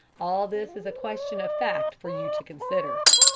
all this is a question of fact for you to consider.